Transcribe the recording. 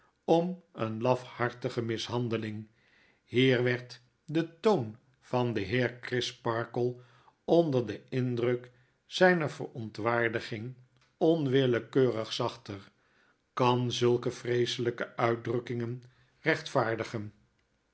om eene lafhartige mishandeling hier werd de toon van den heer crisparkle onder den indr uk zyner verontwaardiging onwillekeurig zachter kan zulke vreeselykeuitdrukkingenrechtvaardigen